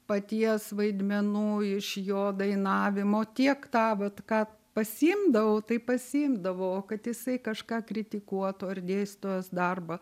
paties vaidmenų iš jo dainavimo tiek tą vat ką pasiimdavau tai pasiimdavau o kad jisai kažką kritikuotų ar dėstytojos darbą